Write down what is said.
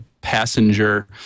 passenger